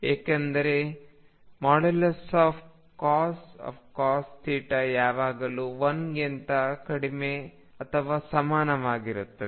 ಏಕೆಂದರೆ |cos | ಯಾವಾಗಲೂ 1ಗಿಂತ ಕಡಿಮೆ ಅಥವಾ ಸಮಾನವಾಗಿರುತ್ತದೆ